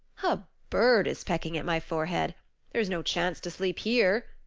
a bird is pecking at my forehead there is no chance to sleep here,